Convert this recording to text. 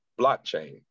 blockchain